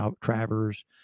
Travers